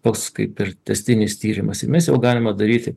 toks kaip ir tęstinis tyrimasir mes jau galima daryti